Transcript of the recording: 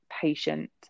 patient